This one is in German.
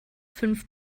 fünf